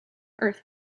earth